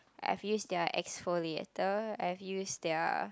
I have used their exfoliator I have their